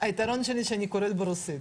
היתרון שלי שאני קוראת ברוסית,